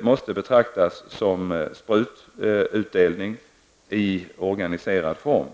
måste betraktas som sprututdelning i organiserad form.